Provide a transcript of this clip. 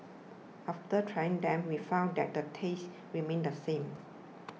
after trying them we found that the taste remained the same